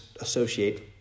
associate